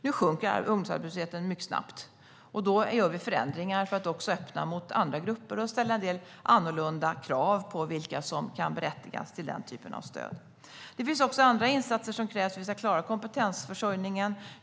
Nu sjunker ungdomsarbetslösheten mycket snabbt, och då gör vi förändringar för att öppna mot andra grupper och ställa en del annorlunda krav på vilka som kan vara berättigade till den typen av stöd. Det finns också andra insatser som krävs för att vi ska klara kompetensförsörjningen.